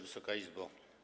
Wysoka Izbo!